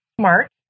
smart